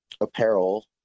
apparel